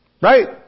Right